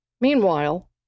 Meanwhile